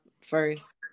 first